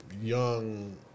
young